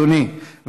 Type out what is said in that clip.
אדוני,